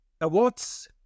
awards